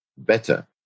better